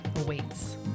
awaits